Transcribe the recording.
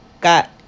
got